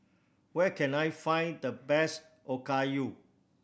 where can I find the best Okayu